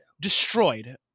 destroyed